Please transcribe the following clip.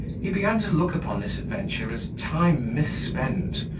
he began to look upon this adventure as time misspent,